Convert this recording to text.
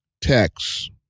text